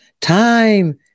time